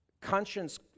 conscience